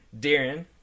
Darren